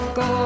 go